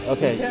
Okay